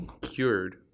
cured